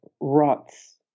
rots